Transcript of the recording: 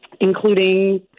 including